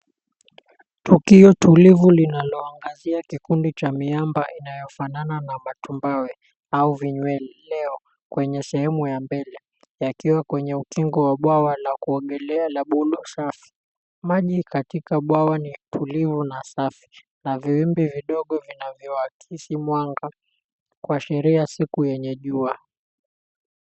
Tukio tulivu linaloangazia kikundi cha miamba inayofanana na matumbawe au vinywelileo, kwenye sehemu ya mbele yakiwa kwenye ukingo wa bwawa la kuogelea la blu safi. Maji katika bwawa ni tulivu na safi na viwimbi vidogo vinawakisi mwanga kuashiria siku yenye jua.